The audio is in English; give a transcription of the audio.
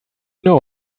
know